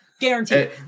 Guaranteed